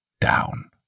down